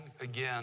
again